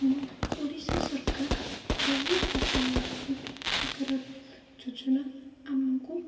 ଆମ ଓଡ଼ିଶା ସରକାର ବହୁ ପ୍ରକାର ବିଭିନ୍ନ ପ୍ରକାରର ଯୋଜନା ଆମକୁ